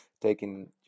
taking